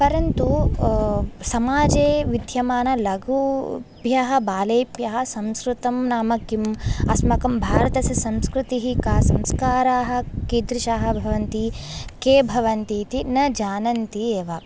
परन्तु समाजे विद्यमानलघुभ्यः बालेभ्यः संस्कृतं नाम किम् अस्माकं भारतस्य संस्कृतिः का संस्काराः किदृशाः भवन्ति के भवन्ति इति न जानन्ति एव